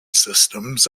systems